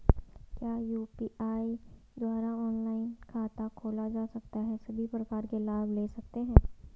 क्या यु.पी.आई द्वारा ऑनलाइन खाता खोला जा सकता है सभी प्रकार के लाभ ले सकते हैं?